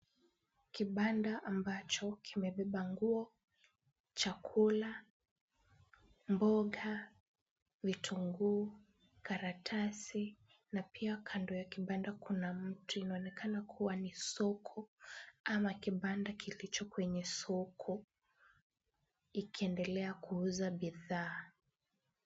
Kibanda ambacho kimebeba nguo, chakula, mboga, vitunguu, karatasi na pia kando ya kibanda kuna mti unaonekana kuwa ni soko ama kibanda kilicho kwenye soko kikiendelea kuuza bidhaa.